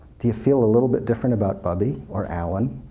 do you feel a little bit different about bubby or alan?